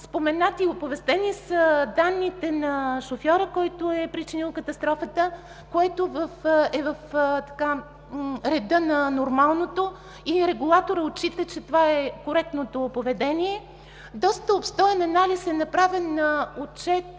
Споменати и оповестени са данните на шофьора, който е причинил катастрофата, което е в реда на нормалното и регулаторът отчита, че това е коректното поведение. Доста обстоен анализ е направен на